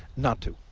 not to.